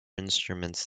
instruments